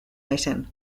naizen